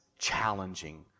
challenging